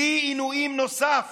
כלי עינויים נוסף